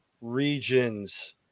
regions